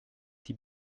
die